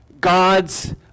God's